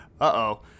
Uh-oh